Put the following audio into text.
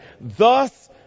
Thus